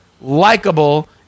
likable